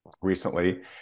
recently